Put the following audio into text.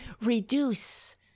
reduce